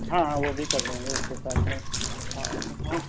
ہاں ہاں وہ بھی کر دیں گے اس کے ساتھ میں ہاں ہاں